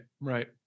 right